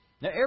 Now